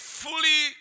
fully